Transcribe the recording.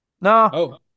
No